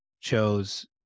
chose